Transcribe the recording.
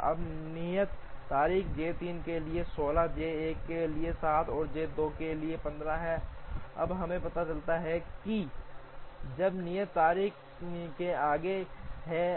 अब नियत तारीखें J 3 के लिए 16 J 1 के लिए 7 और J 2 के लिए 15 हैं अब हमें पता चलता है कि J 3 नियत तारीख से आगे है